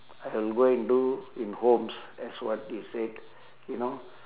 I'll go and do in homes as what you said you know